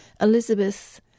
Elizabeth